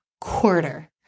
Quarter